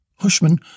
Hushman